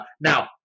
now